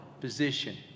position